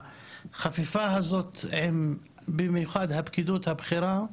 החפיפה הזאת, במיוחד עם הפקידות הבכירה,